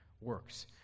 works